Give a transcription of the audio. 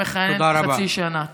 שמכהנת חצי שנה.